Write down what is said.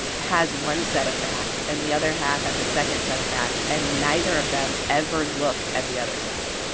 has one set of facts and the other half has a second set of facts and neither of them ever look at the other side.